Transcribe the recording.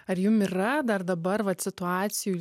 ar jum yra dar dabar vat situacijų